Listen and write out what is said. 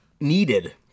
needed